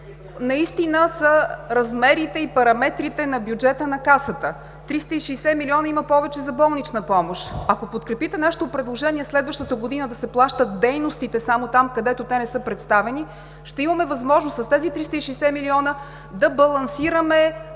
наистина са размерите и параметрите на бюджета на Касата – 360 милиона има повече за болнична помощ. Ако подкрепите нашето предложение – следващата година да се плащат дейностите само там, където те не са представени, ще имаме възможност с тези 360 милиона да балансираме